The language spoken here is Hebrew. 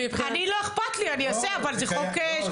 לי לא אכפת, אני אעשה, אבל זה קיים.